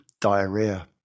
diarrhea